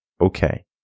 Okay